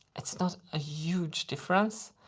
it's not a huge difference.